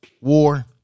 War